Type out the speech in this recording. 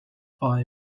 pie